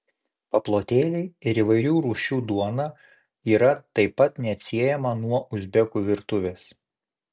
paplotėliai ir įvairių rūšių duona yra taip pat neatsiejama nuo uzbekų virtuvės